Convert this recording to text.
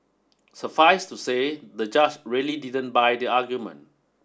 suffice to say the judge really didn't buy the argument